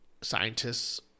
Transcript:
scientists